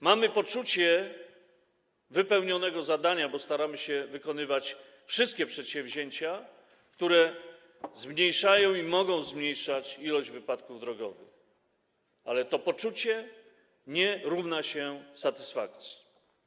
Mamy poczucie wypełnionego zadania, bo staramy się wykonywać wszystkie przedsięwzięcia, które zmniejszają i mogą zmniejszać liczbę wypadków drogowych, ale to poczucie nie równa się satysfakcji.